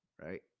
Right